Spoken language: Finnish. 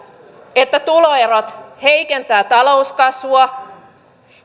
että tuloerot heikentävät talouskasvua